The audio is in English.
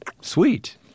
Sweet